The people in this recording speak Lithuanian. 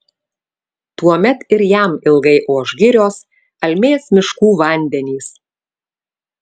tuomet ir jam ilgai oš girios almės miškų vandenys